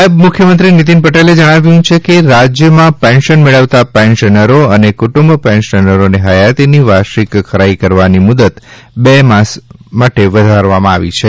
નાયબ મુખ્યમંત્રી નીતિનભાઇ પટેલે જણાવ્યુ છે કે રાજ્ય માં પેન્શન મેળવતા પેન્શનરો અને ક્રુટુંબ પેન્શનરોને હયાતીની વાર્ષિક ખરાઇ કરવવાની મુદ્દત બે માસ માટે વધારાઇ છે